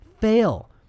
fail